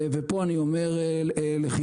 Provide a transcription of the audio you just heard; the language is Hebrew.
ופה אני אומר לחיוב,